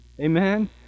Amen